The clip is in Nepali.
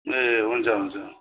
ए हुन्छ हुन्छ